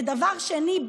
ודבר שני,